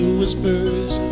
whispers